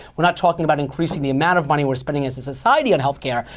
we're not talking about increasing the amount of money we're spending as a society on health care.